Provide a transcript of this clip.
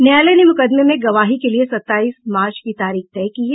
न्यायालय ने मुकदमे में गवाही के लिए सत्ताईस मार्च की तारीख तय की है